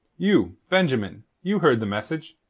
you, benjamin, you heard the message.